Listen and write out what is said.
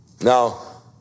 Now